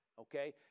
Okay